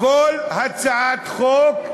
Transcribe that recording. כל הצעת חוק,